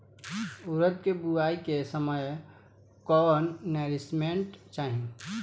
उरद के बुआई के समय कौन नौरिश्मेंट चाही?